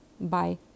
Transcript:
bye